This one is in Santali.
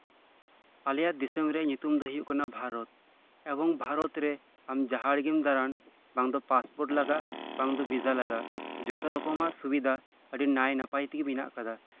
ᱟᱞᱮᱭᱟᱜ ᱫᱤᱥᱚᱢ ᱨᱮᱭᱟᱜ ᱧᱩᱛᱩᱢ ᱫᱚ ᱦᱳᱭᱳᱜ ᱠᱟᱱᱟ ᱵᱷᱟᱨᱚᱛ ᱮᱵᱚᱝ ᱵᱷᱟᱨᱚᱛᱨᱮ ᱟᱢ ᱡᱟᱦᱟᱸ ᱨᱮᱜᱮᱢ ᱫᱟᱲᱟᱱ ᱵᱟᱝᱫᱚ ᱯᱟᱥᱯᱳᱨᱴ ᱞᱟᱜᱟᱜ ᱵᱟᱝ ᱫᱚ ᱵᱷᱤᱥᱟ ᱞᱟᱜᱟᱜ ᱡᱷᱚᱛᱚ ᱨᱚᱠᱚᱢᱟᱜ ᱥᱩᱵᱤᱫᱷᱟ ᱟᱰᱤ ᱱᱟᱭ ᱱᱟᱯᱟᱭ ᱛᱮᱜᱮ ᱢᱮᱱᱟᱜᱼᱟᱠᱟᱫᱟ